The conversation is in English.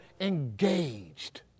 engaged